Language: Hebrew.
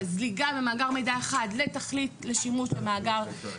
זליגה ממאגר אחד לשימוש אחר,